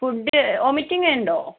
food vomiting ഉണ്ടോ